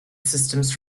systems